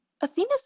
Athena's